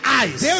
eyes